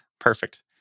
Perfect